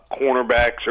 cornerbacks